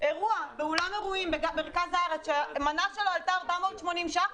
באירוע באולם אירועים במרכז הארץ שמנה שלו עלתה 480 ש"ח,